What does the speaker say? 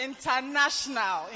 International